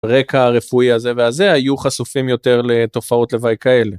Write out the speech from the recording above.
רקע הרפואי הזה והזה היו חשופים יותר לתופעות לוואי כאלה.